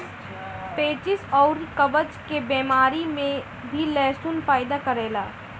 पेचिस अउरी कब्ज के बेमारी में भी लहसुन फायदा करेला